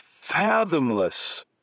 fathomless